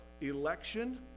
election